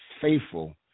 faithful